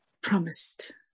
promised